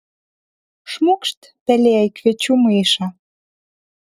šmūkšt pelė į kviečių maišą